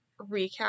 recap